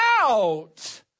out